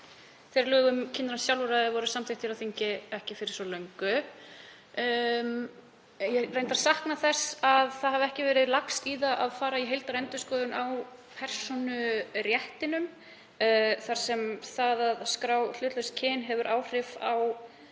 þegar lög um kynrænt sjálfræði voru samþykkt hér á þingi fyrir ekki svo löngu. Ég reyndar sakna þess að ekki hafi verið lagst í það að fara í heildarendurskoðun á persónurétti þar sem það að skrá hlutlaust kyn hefur áhrif á